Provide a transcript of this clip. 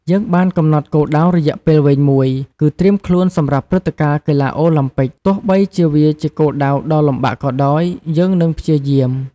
យើងបានកំណត់គោលដៅរយៈពេលវែងមួយ គឺ ត្រៀមខ្លួនសម្រាប់ព្រឹត្តិការណ៍កីឡាអូឡាំពិក ទោះបីជាវាជាគោលដៅដ៏លំបាកក៏ដោយ យើងនឹងព្យាយាម។